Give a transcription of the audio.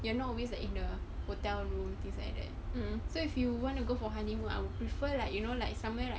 you are not always like in the hotel room things like that um so if you want to go for honeymoon I will prefer like you know like somewhere right